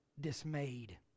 dismayed